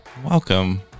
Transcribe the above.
welcome